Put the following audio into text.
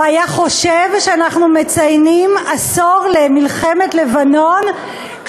הוא היה חושב שאנחנו מציינים עשור למלחמת לבנון,